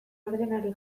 ordenari